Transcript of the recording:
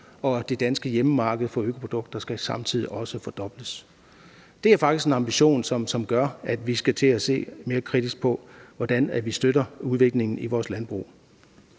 og det danske hjemmemarked for økoprodukter skal samtidig også fordobles. Det er faktisk en ambition, som gør, at vi skal til at se mere kritisk på, hvordan vi støtter udviklingen i vores landbrug.